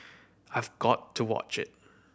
I've got to watch it